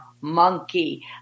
monkey